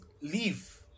leave